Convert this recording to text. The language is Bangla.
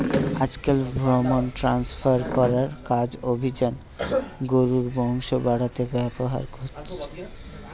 আজকাল ভ্রুন ট্রান্সফার করার কাজ অভিজাত গরুর বংশ বাড়াতে ব্যাভার হয়ঠে